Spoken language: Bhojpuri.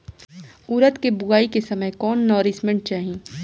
उरद के बुआई के समय कौन नौरिश्मेंट चाही?